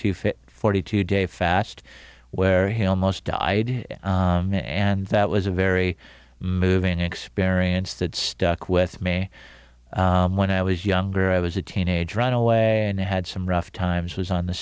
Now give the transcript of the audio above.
fit forty two day fast where he almost died and that was a very moving experience that stuck with me when i was younger i was a teenage runaway and i had some rough times was on the